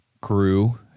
crew